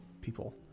people